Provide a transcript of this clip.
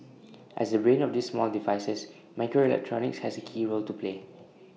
as the brain of these small devices microelectronics has A key role to play